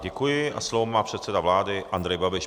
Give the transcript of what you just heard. Děkuji a slovo má předseda vlády Andrej Babiš.